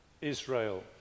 Israel